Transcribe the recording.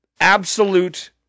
absolute